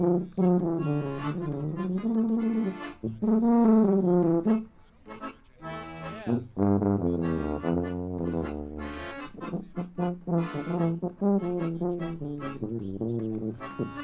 whoa whoa whoa whoa whoa whoa whoa whoa whoa